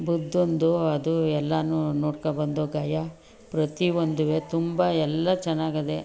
ಬುದ್ಧಂದು ಅದು ಎಲ್ಲನೂ ನೋಡ್ಕೊಂಡ್ಬಂದೋ ಗಯಾ ಪ್ರತಿಯೊಂದೂ ತುಂಬ ಎಲ್ಲ ಚೆನ್ನಾಗಿದೆ